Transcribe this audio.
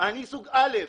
אני סוג א'.